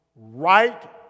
right